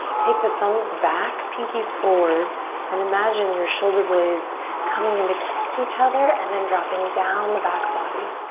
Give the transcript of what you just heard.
take the thumbs back, pinkies forward and imagine your shoulder blades coming in to kiss each other and then dropping down the back body.